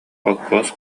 холкуос